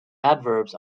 adverbs